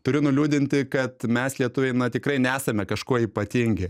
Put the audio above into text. turiu nuliūdinti kad mes lietuviai na tikrai nesame kažkuo ypatingi